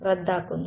റദ്ദാക്കുന്നു